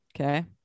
okay